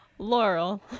Laurel